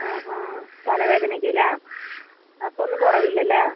ആ ആ തലവേദനയൊക്കെ അല്ലേ അപ്പം ഒന്നും കുറവില്ലല്ലേ